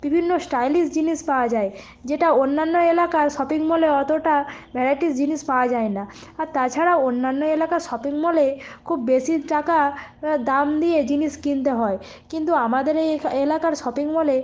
বিভিন্ন স্টাইলিশ জিনিস পাওয়া যায় যেটা অন্যান্য এলাকার শপিং মলে অতটা ভ্যারাইটিস জিনিস পাওয়া যায় না আর তাছাড়াও অন্যান্য এলাকার শপিং মলে খুব বেশি টাকা দাম দিয়ে জিনিস কিনতে হয় কিন্তু আমাদের এই এখা এলাকার শপিং মলে